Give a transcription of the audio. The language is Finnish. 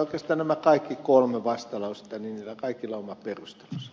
oikeastaan näillä kaikilla kolmella vastalauseella on oma perustelunsa